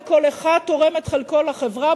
וכל אחד תורם את חלקו לחברה,